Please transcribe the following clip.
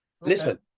Listen